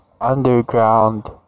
underground